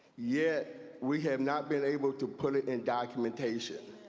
yet we have not been able to put it in documentation.